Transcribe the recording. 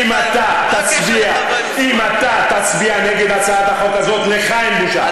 אם אתה תצביע נגד הצעת החוק הזאת, לך אין בושה.